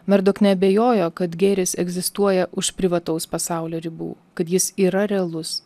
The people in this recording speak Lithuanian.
merdok neabejojo kad gėris egzistuoja už privataus pasaulio ribų kad jis yra realus